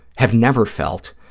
have never felt,